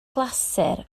glasur